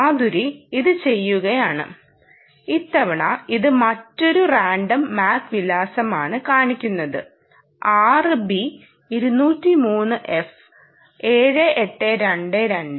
മാധുരി ഇത് ചെയ്യുകയാണ് ഇത്തവണ ഇത് മറ്റൊരു റാൻഡം MAC വിലാസമാണ് കാണിക്കുന്നത് 6 b 203 f 7822 0 0